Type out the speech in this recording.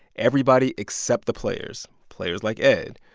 everybody except the players, players like ed.